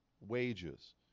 wages